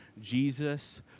Jesus